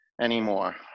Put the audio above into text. anymore